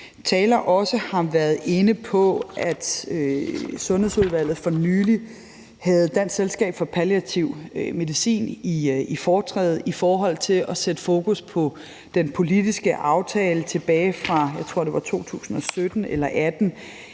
taler også har været inde på, at Sundhedsudvalget for nylig havde Dansk Selskab for Palliativ Medicin i foretræde for at sætte fokus på den politiske aftale tilbage fra 2017 eller 2018